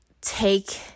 take